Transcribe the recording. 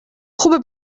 خوبه